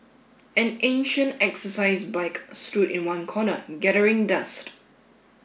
an ancient exercise bike stood in one corner gathering dust